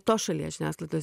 tos šalies žiniasklaidos